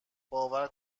باور